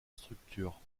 structure